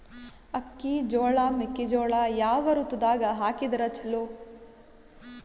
ಅಕ್ಕಿ, ಜೊಳ, ಮೆಕ್ಕಿಜೋಳ ಯಾವ ಋತುದಾಗ ಹಾಕಿದರ ಚಲೋ?